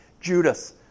Judas